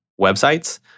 websites